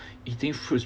eating fruits